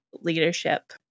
leadership